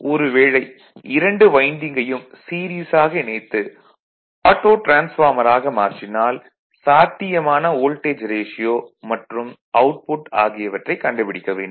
ஒரு வேளை இரண்டு வைண்டிங்கையும் சீரிஸ் ஆக இணைத்து ஆட்டோ டிரான்ஸ்பார்மர் ஆக மாற்றினால் சாத்தியமான வோல்டேஜ் ரேஷியோ மற்றும் அவுட்புட் ஆகியவற்றை கண்டுபிடிக்க வேண்டும்